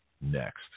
next